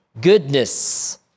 goodness